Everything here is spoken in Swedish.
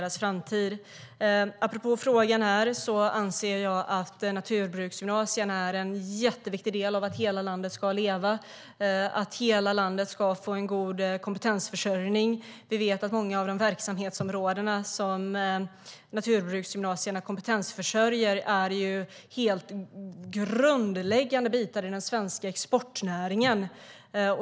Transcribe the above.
Apropå frågan anser jag att naturbruksgymnasierna är en viktig del av att hela landet ska leva och att hela landet ska få en god kompetensförsörjning. Många av de verksamhetsområden som naturbruksgymnasierna kompetensförsörjer är grundläggande bitar i den svenska exportnäringen.